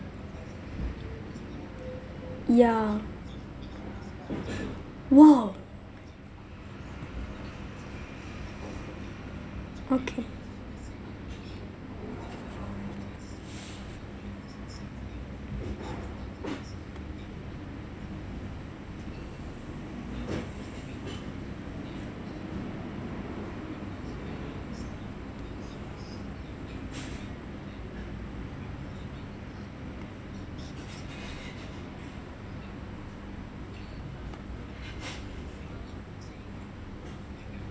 yeah !wow! okay